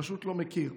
הוא פשוט לא מכיר.